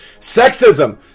Sexism